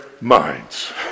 minds